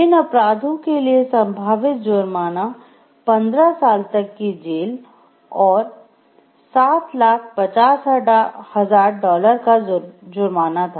इन अपराधों के लिए संभावित जुर्माना 15 साल तक की जेल और 750000 डॉलर का जुर्माना था